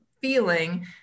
feeling